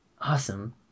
Awesome